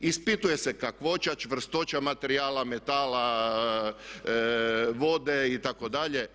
Ispituje se kakvoća, čvrstoća materijala, metala, vode itd.